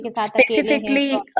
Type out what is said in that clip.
Specifically